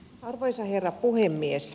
arvoisa herra puhemies